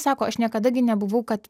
sako aš niekada gi nebuvau kad